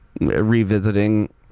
revisiting